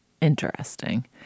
Interesting